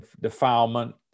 defilement